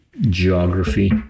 geography